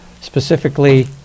specifically